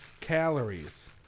calories